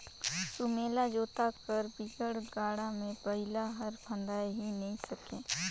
सुमेला जोता कर बिगर गाड़ा मे बइला हर फदाए ही नी सके